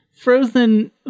Frozen